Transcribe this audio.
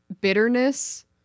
bitterness